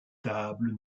table